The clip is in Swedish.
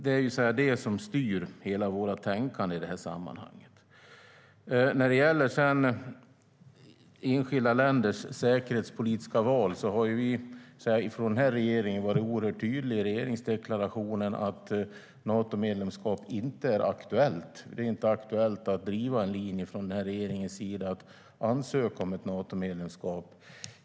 Det är det som styr hela vårt tänkande i sammanhanget. När det sedan gäller enskilda länders säkerhetspolitiska val har vi från regeringen varit oerhört tydliga i regeringsdeklarationen med att Natomedlemskap inte är aktuellt. Det är inte aktuellt från regeringens sida att driva en linje att ansöka om ett Natomedlemskap.